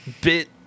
bit